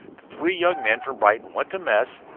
the three young men from brighton went to mess,